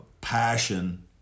passion